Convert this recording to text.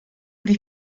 dich